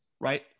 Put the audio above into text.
right